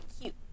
cute